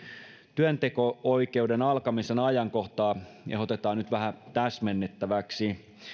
työnteko oikeuden alkamisen ajankohtaa ehdotetaan nyt vähän täsmennettäväksi